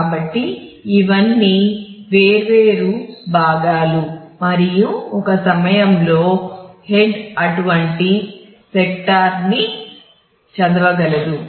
కాబట్టి ఇవన్నీ వేర్వేరు భాగాలు మరియు ఒక సమయంలో హెడ్ అటువంటి సెక్టార్ న్ని చదవగలదు